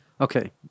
Okay